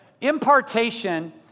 impartation